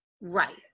Right